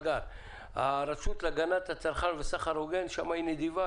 הרשות להגנת הצרכן והסחר ההוגן נדיבה,